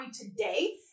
today